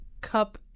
Cup